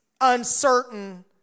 uncertain